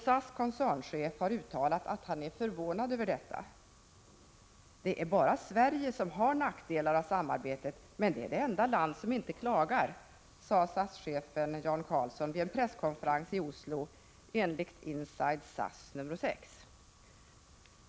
SAS koncernchef har uttalat att han är förvånad över detta: ”Det är bara Sverige som har nackdelar av samarbetet men det är det enda land som inte klagar.” Detta sade SAS-chefen Jan Carlzon vid en presskonferens i Oslo enligt Inside SAS nr 6.